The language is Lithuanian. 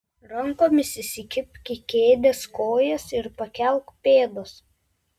rankomis įsikibk į kėdės kojas ir pakelk pėdas